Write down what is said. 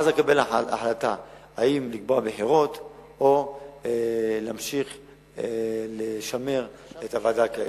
ואז אקבל החלטה אם לקבוע בחירות או להמשיך לשמר את הוועדה הקיימת.